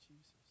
Jesus